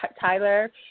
Tyler